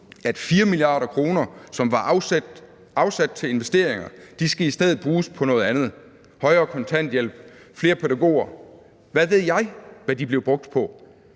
at 4 mia. kr., som var afsat til investeringer, i stedet skal bruges på noget andet: højere kontanthjælp, flere pædagoger – hvad ved jeg om, hvad de er blevet brugt på?